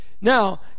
Now